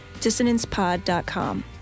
dissonancepod.com